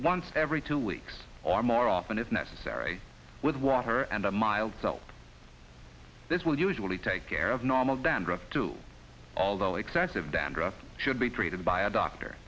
once every two weeks or more often if necessary with water and a mild soap this will usually take care of normal dandruff too although excessive d'andre should be treated by a doctor